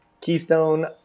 Keystone